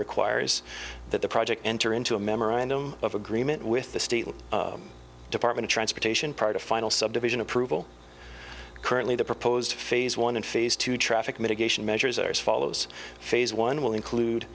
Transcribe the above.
requires that the project enter into a memorandum of agreement with the state department of transportation part of final subdivision approval currently the proposed phase one and phase two traffic mitigation measures are as follows phase one will include